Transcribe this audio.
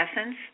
essence